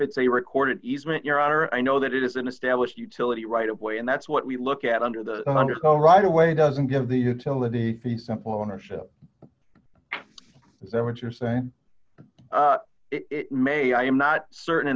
it's a recorded easement your honor i know that it is an established utility right of way and that's what we look at under the undertone right away doesn't give the utility the simple ownership is that what you are saying it may i am not certain in